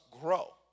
grow